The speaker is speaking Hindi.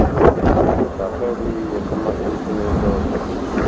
हाँ तो सरसों भी ये सब में कम में नहीं तो